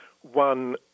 one